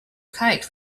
kite